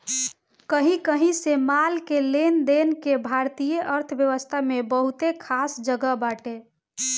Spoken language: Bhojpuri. कही कही से माल के लेनदेन के भारतीय अर्थव्यवस्था में बहुते खास जगह बाटे